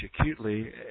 acutely